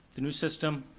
the new system,